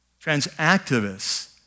trans-activists